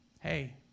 hey